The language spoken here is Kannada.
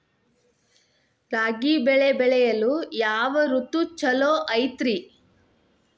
ರಾಗಿ ಬೆಳೆ ಬೆಳೆಯಲು ಯಾವ ಋತು ಛಲೋ ಐತ್ರಿ?